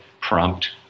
prompt